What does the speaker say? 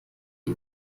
die